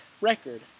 record